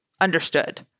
understood